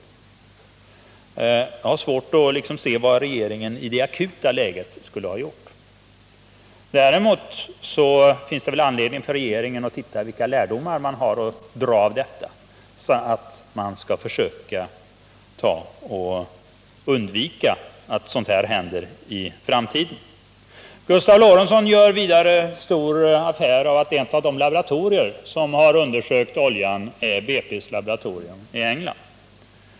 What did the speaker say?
Men jag har svårt att se vad regeringen i det akuta läget skulle ha gjort. Däremot finns det anledning för regeringen att se vilka lärdomar man bör dra av detta, så att man kan försöka undvika att sådant händer i framtiden. Gustav Lorentzon gör vidare stor affär av att ett av de laboratorier som undersökt oljan är BP:s laboratorium i England.